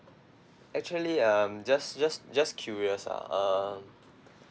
actually I'm just just just curious ah uh